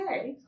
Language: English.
okay